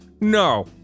No